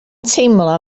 teimlo